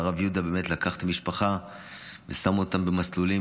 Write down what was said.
והרב יהודה באמת לקח את המשפחה ושם אותם במסלולים,